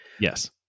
Yes